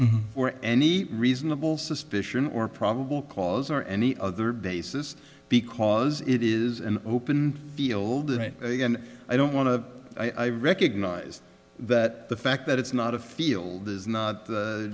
for any reasonable suspicion or probable cause or any other basis because it is an open field and i don't want to i recognize that the fact that it's not a field is not